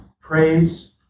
praise